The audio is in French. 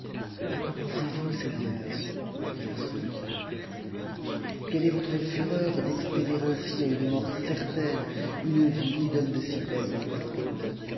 compassion quoi pensez-vous seigneur lui dirent ceux qui étaient le plus près quelle est votre fureur d'exposer ainsi à une mort certaine une doune de si belles espérances